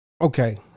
Okay